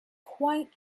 quite